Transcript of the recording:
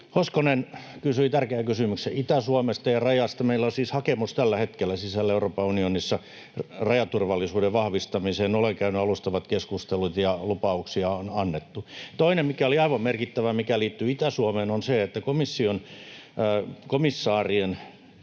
Hoskonen kysyi tärkeän kysymyksen Itä-Suomesta ja rajasta: Meillä on siis hakemus tällä hetkellä sisällä Euroopan unionissa rajaturvallisuuden vahvistamiseen. Olen käynyt alustavat keskustelut, ja lupauksia on annettu. Toinen, mikä oli aivan merkittävää, mikä liittyy Itä-Suomeen, on se, että komissaarien